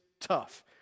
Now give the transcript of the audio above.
tough